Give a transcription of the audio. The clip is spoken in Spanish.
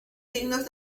signos